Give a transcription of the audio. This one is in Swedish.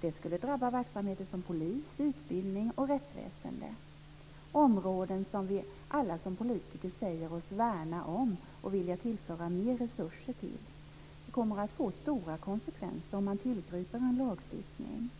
Det skulle drabba verksamheter som polis, utbildning och rättsväsende - områden som vi alla som politiker säger oss värna om och vilja föra mer resurser till - och det kommer att få stora konsekvenser om man tillgriper lagstiftning.